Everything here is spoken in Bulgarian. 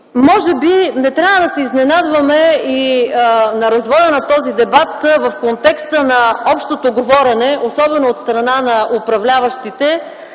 Може би не трябва да се изненадваме и на развоя на този дебат в контекста на общото говорене, особено от страна на управляващите,